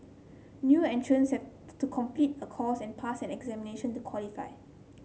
new entrants have to complete a course and pass an examination to qualify